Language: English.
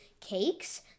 cakes